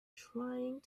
trying